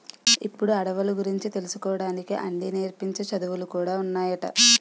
ఇప్పుడు అడవుల గురించి తెలుసుకోడానికి అన్నీ నేర్పించే చదువులు కూడా ఉన్నాయట